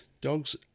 dogs